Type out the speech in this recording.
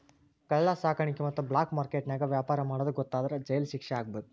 ಕಳ್ಳ ಸಾಕಾಣಿಕೆ ಮತ್ತ ಬ್ಲಾಕ್ ಮಾರ್ಕೆಟ್ ನ್ಯಾಗ ವ್ಯಾಪಾರ ಮಾಡೋದ್ ಗೊತ್ತಾದ್ರ ಜೈಲ್ ಶಿಕ್ಷೆ ಆಗ್ಬಹು